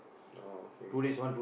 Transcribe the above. orh okay okay